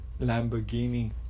Lamborghini